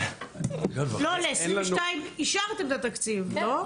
לא, ל-2022 אישרתם את התקציב, לא?